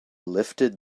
lifted